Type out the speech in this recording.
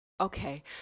Okay